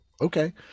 okay